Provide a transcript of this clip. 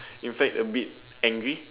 in fact a bit angry